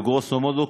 בגרוסו מודו,